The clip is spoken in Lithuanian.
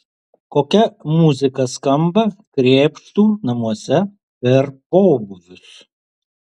kokia muzika skamba krėpštų namuose per pobūvius